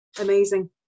amazing